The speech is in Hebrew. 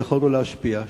ויכולנו להשפיע.